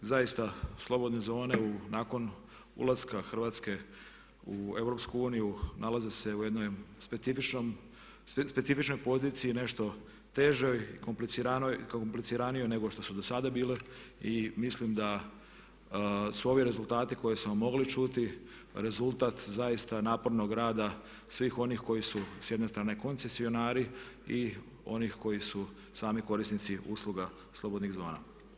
Zaista slobodne zone nakon ulaska Hrvatske u EU nalaze se u jednoj specifičnoj poziciji, nešto težoj i kompliciranijoj nego što su do sada bile i mislim da su ovi rezultati koje smo mogli čuti rezultat zaista napornog rada svih onih koji su s jedne strane koncesionari i onih koji su sami korisnici usluga slobodnih zona.